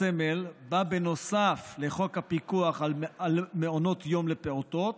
סמל בא נוסף לחוק הפיקוח על מעונות יום לפעוטות,